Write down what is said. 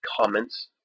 comments